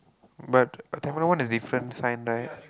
but a Tamil one is different sign right